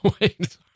wait